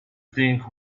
think